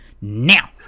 now